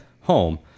home